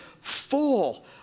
full